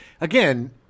Again